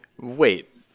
wait